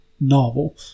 novel